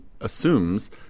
assumes